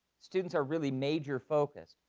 students are really major focused.